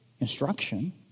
Instruction